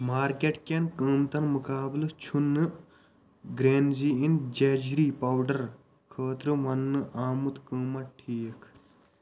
market کٮ۪ن قۭمٕتن مُقابلہٕ چھُنہٕ گرٛیٖنزِی ہٕنٛدۍ ججری پاوڈر خٲطرٕ وننہٕ آمُت قۭمَت ٹھیٖک